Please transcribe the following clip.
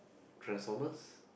Transformers